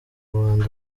rwanda